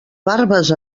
barbes